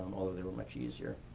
although they were much easier.